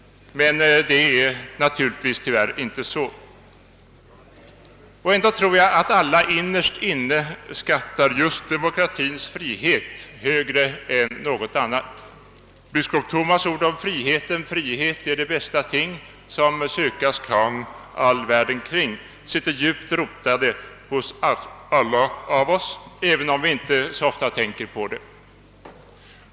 Det är naturligtvis tyvärr inte så. Och ändå tror jag att alla innerst inne skattar just demokratins frihet högre än något annat. Biskop Thomas” ord om friheten — »Frihet är det bästa ting som sökas kan all världen kring» — sitter djupt rotade hos oss alla, även om vi inte så ofta tänker på det.